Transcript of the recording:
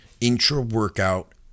intra-workout